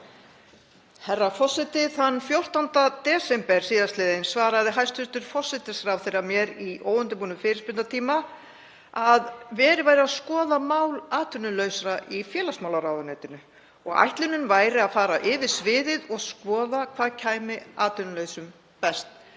Herra forseti. Þann 14. desember sl. svaraði hæstv. forsætisráðherra mér í óundirbúnum fyrirspurnatíma að verið væri að skoða mál atvinnulausra í félagsmálaráðuneytinu og ætlunin væri að fara yfir sviðið og skoða hvað kæmi atvinnulausum best.